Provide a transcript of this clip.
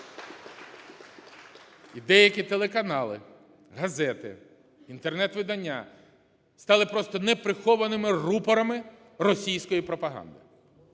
І деякі телеканали, газети, інтернет-видання стали просто неприхованими рупорами російської пропаганди.